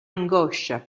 angoscia